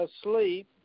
asleep